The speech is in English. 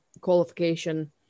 qualification